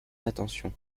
l’attention